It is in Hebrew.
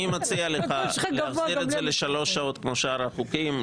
אני מציע לך להחזיר את זה לשלוש שעות כמו שאר החוקים,